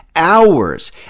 hours